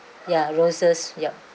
ya roses yup